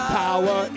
power